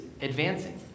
advancing